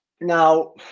Now